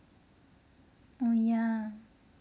oh ya